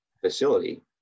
facility